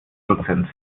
prozent